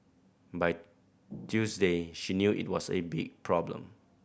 by Tuesday she knew it was a big problem